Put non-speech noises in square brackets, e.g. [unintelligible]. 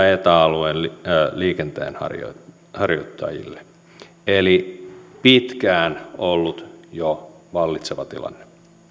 [unintelligible] ja eta alueen liikenteenharjoittajille eli pitkään ollut jo vallitseva tilanne